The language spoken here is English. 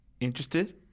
Interested